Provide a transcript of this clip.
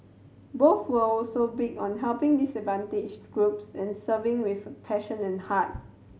both were also big on helping disadvantaged groups and serving with passion and heart